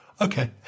Okay